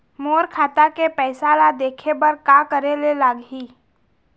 मोर खाता के पैसा ला देखे बर का करे ले लागही?